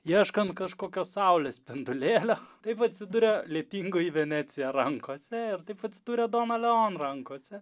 ieškant kažkokio saulės spindulėlio taip atsiduria lietingoji venecija rankose ir taip atsidūrė dona leon rankose